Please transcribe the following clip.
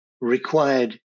required